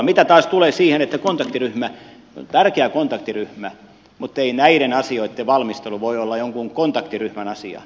mitä taas tulee kontaktiryhmään se on tärkeä muttei näiden asioitten valmistelu voi olla jonkun kontaktiryhmän asia